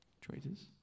Traitors